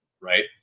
right